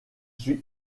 suis